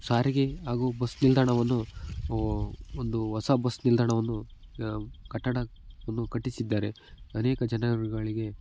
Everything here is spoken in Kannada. ಸಾರಿಗೆ ಹಾಗೂ ಬಸ್ ನಿಲ್ದಾಣವನ್ನು ಒಂದು ಹೊಸ ಬಸ್ ನಿಲ್ದಾಣವನ್ನು ಕಟ್ಟಡವನ್ನು ಕಟ್ಟಿಸಿದ್ದಾರೆ ಅನೇಕ ಜನರುಗಳಿಗೆ